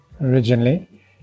originally